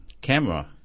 camera